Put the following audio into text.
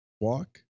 walk